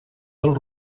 del